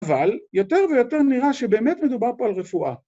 אבל יותר ויותר נראה שבאמת מדובר פה על רפואה.